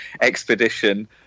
expedition